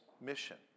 mission